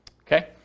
Okay